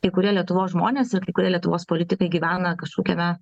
kai kurie lietuvos žmonės ir kai kurie lietuvos politikai gyvena kažkokiame